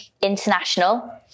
international